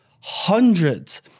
hundreds